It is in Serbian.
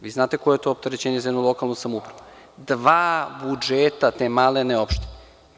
Vi znate koje je to opterećenje za jednu lokalnu samoupravu, dva budžeta te malene opštine.